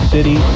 City